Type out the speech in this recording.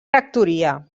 rectoria